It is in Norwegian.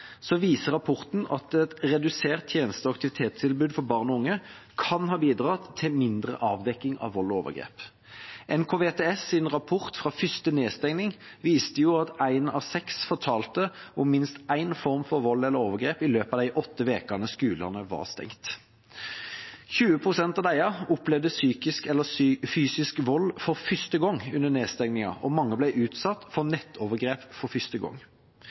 viser rapporten at et redusert tjeneste- og aktivitetstilbud for barn og unge kan ha bidratt til mindre avdekking av vold og overgrep. NKVTS’ rapport fra første nedstengning viste at én av seks fortalte om minst én form for vold eller overgrep i løpet av de åtte ukene skolene var stengt. 20 pst. av disse opplevde psykisk eller fysisk vold for første gang under nedstengningen, og mange ble utsatt for nettovergrep for første gang.